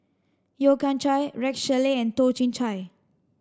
Yeo Kian Chai Rex Shelley and Toh Chin Chye